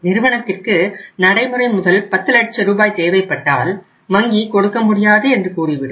நிறுவனத்திற்கு நடைமுறை முதல் 10 லட்ச ரூபாய் தேவைப்பட்டால் வங்கி கொடுக்க முடியாது என்று கூறிவிடும்